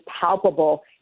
palpable